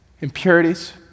impurities